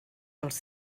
dels